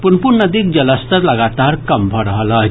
पुनपुन नदीक जलस्तर लगातार कम भऽ रहल अछि